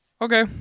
Okay